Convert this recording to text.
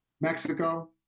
Mexico